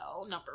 number